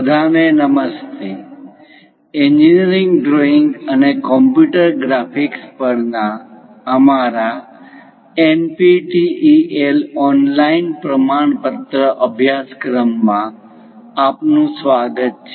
બધાને નમસ્તે engineering drawing અને કોમ્પ્યુટર ગ્રાફિક્સ પરના અમારા એનપીટીઈએલ ઓનલાઇન પ્રમાણપત્ર અભ્યાસક્રમ માં આપનું સ્વાગત છે